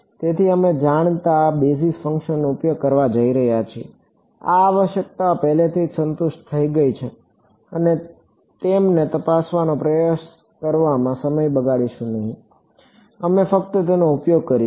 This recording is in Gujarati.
તેથી અમે જાણીતા બેઝિસ ફંક્શન્સનો ઉપયોગ કરવા જઈ રહ્યા છીએ આ આવશ્યકતાઓ પહેલાથી જ સંતુષ્ટ થઈ ગઈ છે અમે તેમને તપાસવાનો પ્રયાસ કરવામાં સમય બગાડશું નહીં અમે ફક્ત તેનો ઉપયોગ કરીશું